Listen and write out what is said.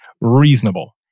reasonable